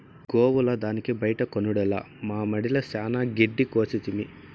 గోవుల దానికి బైట కొనుడేల మామడిల చానా గెడ్డి కోసితిమి